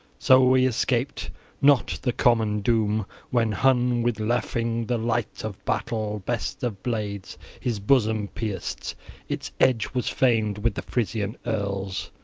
so he escaped not the common doom, when hun with lafing, the light-of-battle, best of blades, his bosom pierced its edge was famed with the frisian earls.